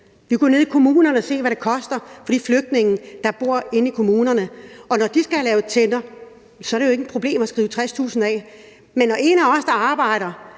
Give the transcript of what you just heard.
Vi kan se hos kommunerne, hvad det koster med de flygtninge, der bor i kommunerne. Når de skal have lavet tænder, er det jo ikke et problem at skrive 60.000 kr. ud. Men når en af dem, der arbejder